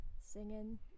singing